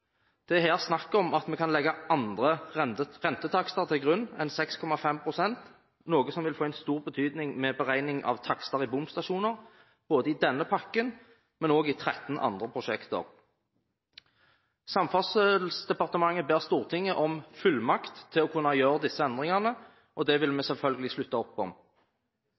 er her snakk om at en kan legge andre rentetakster til grunn enn 6,5 pst., noe som vil få en stor betydning for beregning av takster i bomstasjoner i denne pakken, men også i 13 andre prosjekter. Samferdselsdepartementet ber Stortinget om fullmakt til å kunne gjøre disse endringene, og det vil vi selvfølgelig slutte opp om.